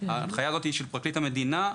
ההנחיה של פרקליט המדינה,